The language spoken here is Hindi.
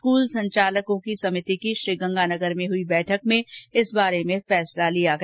स्कूल संचालकों की समिति की श्रीगंगानगर में हुई बैठक में इस संबंध में फैसला लिया गया